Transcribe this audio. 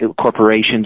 corporations